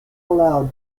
allow